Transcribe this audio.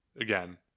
Again